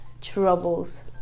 troubles